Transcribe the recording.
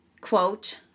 quote